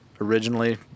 originally